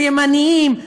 הם ימנים,